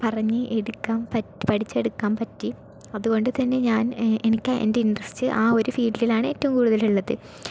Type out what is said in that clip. പറഞ്ഞ് എടുക്കാൻ പറ്റി പഠിച്ചെടുക്കാൻ പറ്റി അത്കൊണ്ട് തന്നെ ഞാൻ എനിക്ക് എൻ്റെ ഇൻട്രസ്റ്റ് ആ ഒരു ഫീൽഡിലാണ് ഏറ്റവും കൂടുതൽ ഉള്ളത്